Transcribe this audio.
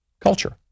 culture